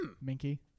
minky